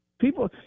People